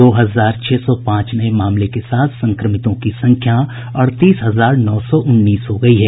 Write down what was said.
दो हजार छह सौ पांच नये मामले के साथ संक्रमितों की संख्या अड़तीस हजार नौ सौ उन्नीस हो गयी है